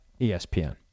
ESPN